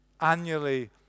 annually